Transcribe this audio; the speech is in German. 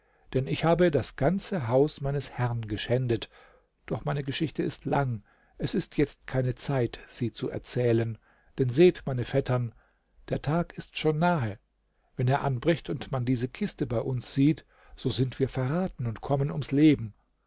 denn ich habe das ganze haus meines herrn geschändet doch meine geschichte ist lang es ist jetzt keine zeit sie zu erzählen denn seht meine vettern der tag ist schon nahe wenn er anbricht und man diese kiste bei uns sieht so sind wir verraten und kommen ums leben